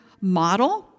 model